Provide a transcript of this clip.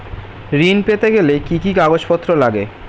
ঋণ পেতে গেলে কি কি কাগজপত্র লাগে?